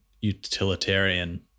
utilitarian